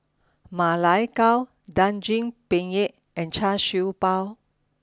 Ma Lai Gao Daging Penyet and Char Siew Bao